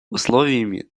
условиями